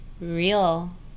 real